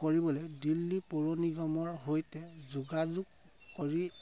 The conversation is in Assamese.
কৰিবলৈ দিল্লী পৌৰ নিগমৰ সৈতে যোগাযোগ কৰি